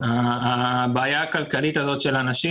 הבעיה הכלכלית של אנשים,